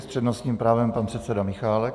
S přednostním právem pan předseda Michálek.